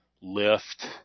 lift